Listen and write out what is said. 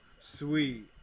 sweet